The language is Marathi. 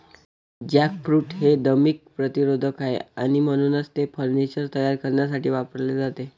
जॅकफ्रूट हे दीमक प्रतिरोधक आहे आणि म्हणूनच ते फर्निचर तयार करण्यासाठी वापरले जाते